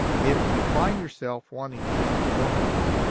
if you find yourself wanting to use the formulas,